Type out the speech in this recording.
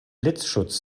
blitzschutz